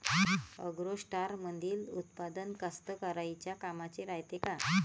ॲग्रोस्टारमंदील उत्पादन कास्तकाराइच्या कामाचे रायते का?